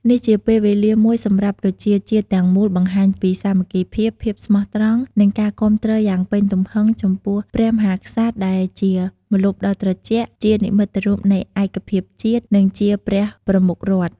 នេះជាពេលវេលាមួយសម្រាប់ប្រជាជាតិទាំងមូលបង្ហាញពី សាមគ្គីភាព ភាពស្មោះត្រង់ និងការគាំទ្រយ៉ាងពេញទំហឹងចំពោះ ព្រះមហាក្សត្រដែលជាម្លប់ដ៏ត្រជាក់ ជានិមិត្តរូបនៃឯកភាពជាតិ និងជាព្រះប្រមុខរដ្ឋ។។